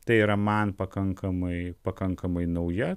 tai yra man pakankamai pakankamai nauja